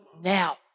now